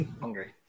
Hungry